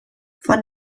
von